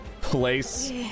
place